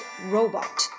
Robot